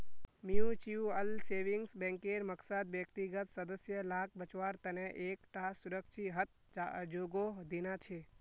mutual savings बैंकेर मकसद व्यक्तिगत सदस्य लाक बच्वार तने एक टा सुरक्ष्हित जोगोह देना छे